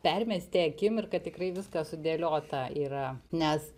permesti akimirką tikrai viskas sudėliota yra nes